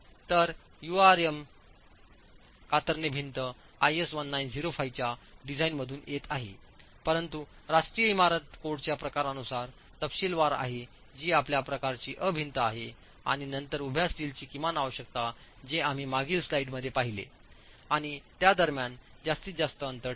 तर यूआरएम कातरणे भिंत आयएस 1905 च्या डिझाइनमधून येत आहे परंतु राष्ट्रीय इमारत कोडच्या प्रकारानुसार तपशीलवार आहे जी आपल्या प्रकारची अ भिंत आहे आणि नंतर उभ्या स्टीलची किमान आवश्यकता जे आम्ही मागील स्लाइडमध्ये पाहिले आणि त्या दरम्यान जास्तीत जास्त अंतर ठेवले